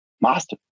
master